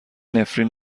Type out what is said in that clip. نفرین